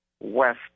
west